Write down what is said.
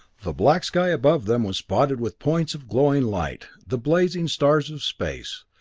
the black sky above them was spotted with points of glowing light, the blazing stars of space.